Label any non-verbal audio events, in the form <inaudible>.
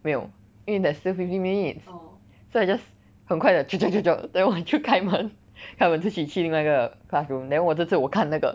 没有因为 there's still fifteen minutes so I just 很快地 <noise> then 我就开门开门出去去另外一个 classroom then 我这次我看那个